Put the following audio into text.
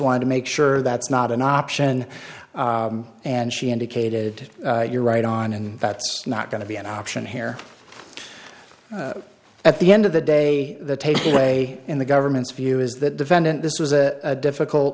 wanted to make sure that's not an option and she indicated you're right on and that's not going to be an option here at the end of the day the takeaway in the government's view is that defendant this was a difficult